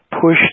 push